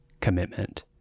commitment